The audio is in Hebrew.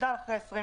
תשובות.